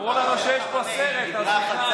אמרו לנו שיש פה סרט, אז נכנסנו.